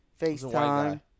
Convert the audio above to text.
FaceTime